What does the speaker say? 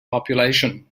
population